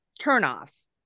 turnoffs